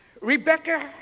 Rebecca